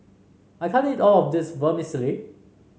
I can't eat all of this Vermicelli